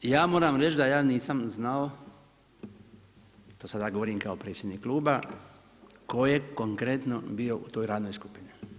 I ja moram reći, da to nisam znao, to sada govorim kao predsjednik kluba, tko je konkretno bio u toj radnoj skupini.